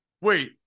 Wait